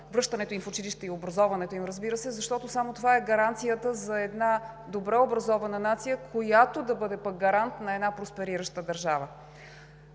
връщането в училище и образоването на децата, защото само това е гаранцията за една добре образована нация, която пък да бъде гарант на една просперираща държава.